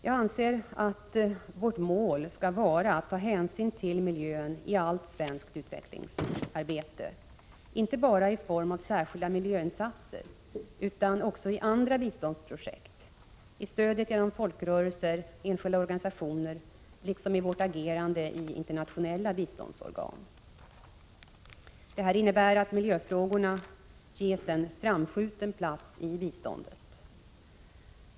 Jag anser att vårt mål skall vara att ta hänsyn till miljön i allt svenskt utvecklingsarbete, inte bara i form av särskilda miljöinsatser utan också i andra biståndsprojekt, i stödet genom folkrörelser och enskilda organisationer liksom i vårt agerande i internationella biståndsorgan. Detta innebär att miljöfrågorna ges en framskjuten plats i biståndet.